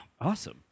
awesome